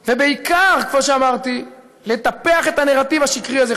ובעיקר, כמו שאמרתי, לטפח את הנרטיב השקרי הזה.